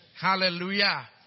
Hallelujah